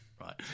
Right